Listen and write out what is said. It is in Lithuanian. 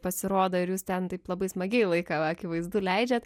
pasirodo ir jūs ten taip labai smagiai laiką akivaizdu leidžiat